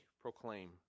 proclaim